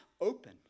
open